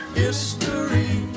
history